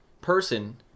person